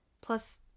Plus